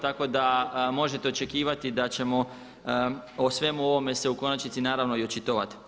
Tako da možete očekivati da ćemo o svemu ovome se u konačnici naravno i očitovati.